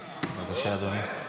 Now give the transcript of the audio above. בבקשה, אדוני.